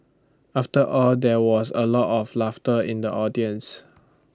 after all there was A lot of laughter in the audience